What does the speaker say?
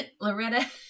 Loretta